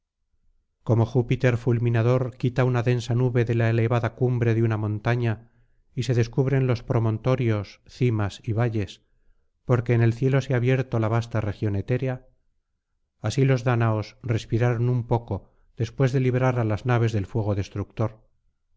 como júpiter fulminador quita una densa nube de la elevada cumbre de una montaña y se descubren los promontorios cimas y valles porque en el cielo se ha abierto la vasta región etérea así los dáñaos respiraron un poco después de librar á las naves del fuego destructor